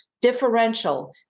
differential